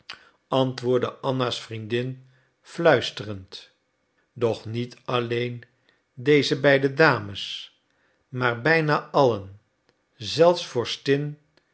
antwoordde anna's vriendin fluisterend doch niet alleen deze beide dames maar bijna allen zelfs